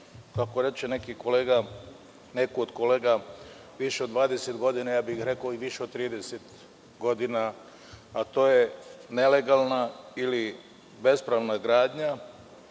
kako reče neki kolega, više od 20 godina. Lično bih rekao, više od 30 godina, a to je nelegalna ili bespravna gradnja